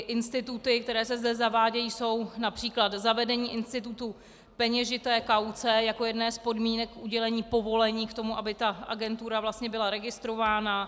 Instituty, které se zde zavádějí, jsou například zavedení institutu peněžité kauce jako jedné z podmínek k udělení povolení k tomu, aby agentura byla registrována.